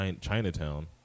Chinatown